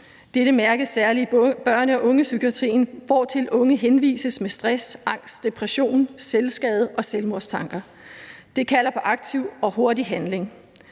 Dette mærkes særlig i børne- og ungepsykiatrien, hvortil unge henvises med stress, angst, depression, selvskade og selvmordstanker. Det kalder på aktiv og hurtig handling.